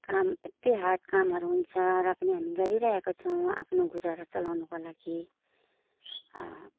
काम यति हार्ड कामहरू हुन्छ र पनि हामी गरिरहेको छौँ आफ्नो गुजारा चलाउनुको लागि